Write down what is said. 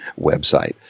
website